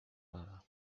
ala